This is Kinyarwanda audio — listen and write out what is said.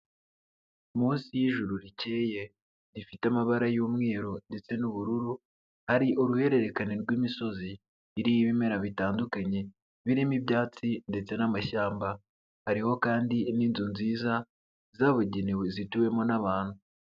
Munsi y'Ijuru rikeye rifite amabara y'umweru ndetse n'ubururu, hari uruhererekane rw'imisozi, iriho ibimera bitandukanye birimo ibyatsi ndetse n'amashyamba, hariho kandi n'inzu nziza zabugenewe zituwemo n'abantu.